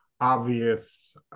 obvious